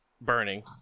burning